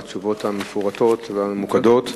על התשובות המפורטות והממוקדות.